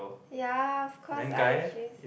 ya of course I